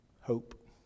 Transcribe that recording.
Hope